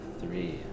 Three